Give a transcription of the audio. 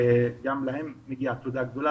שגם להם מגיעה תודה גדולה,